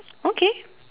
okay